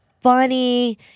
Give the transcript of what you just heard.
funny